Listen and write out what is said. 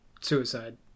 suicide